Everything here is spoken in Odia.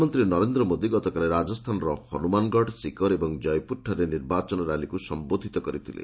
ପ୍ରଧାନମନ୍ତ୍ରୀ ନରେନ୍ଦ୍ର ମୋଦି ଗତକାଲି ରାଜସ୍ଥାନର ହନୁମାନଗଡ଼ ସିକର ଏବଂ ଜୟପୁରଠାରେ ନିର୍ବାଚନ ର୍ୟାଲିକ୍ ସମ୍ଘୋଧୂତ କରିଥିଳେ